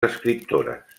escriptores